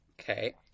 Okay